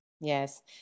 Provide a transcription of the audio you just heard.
Yes